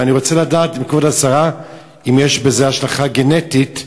ואני רוצה לדעת מכבוד השרה אם יש לזה השלכה גנטית.